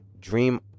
dream